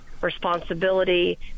responsibility